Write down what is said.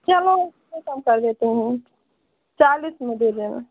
चलो उसको कम कर देती हूँ चालिस में दे देना